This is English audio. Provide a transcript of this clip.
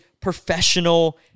professional